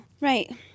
Right